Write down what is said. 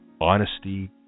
honesty